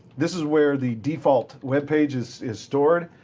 this is where the default web page is is stored.